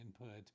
input